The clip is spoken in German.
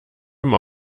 einem